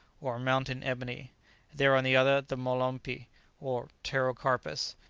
or mountain ebony there, on the other, the molompi or pterocarpus,